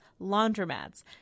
laundromats